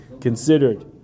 considered